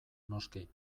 noski